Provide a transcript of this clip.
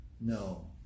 no